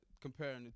comparing